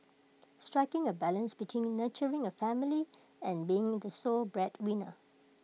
striking A balance between nurturing A family and being the sole breadwinner